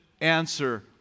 answer